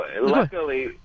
luckily